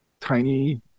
tiny